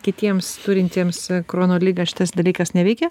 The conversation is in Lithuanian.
kitiems turintiems krono ligą šitas dalykas neveikia